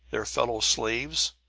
their fellow slaves,